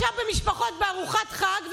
עכשיו במשפחות בארוחת חג,